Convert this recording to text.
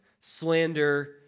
slander